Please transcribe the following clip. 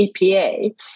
epa